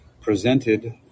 Presented